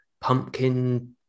pumpkin